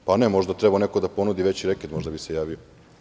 Pa, ne, možda je trebalo neko da ponudi veći reket, možda bi se javio.